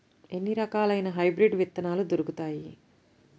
ఎన్ని రకాలయిన హైబ్రిడ్ విత్తనాలు దొరుకుతాయి?